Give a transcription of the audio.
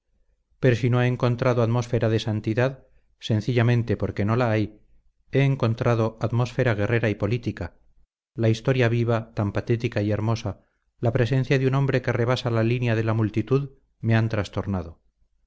pero si no he encontrado atmósfera de santidad sencillamente porque no la hay he encontrado atmósfera guerrera y política la historia viva tan patética y hermosa la presencia de un hombre que rebasa la línea de la multitud me han trastornado